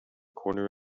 corner